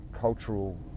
cultural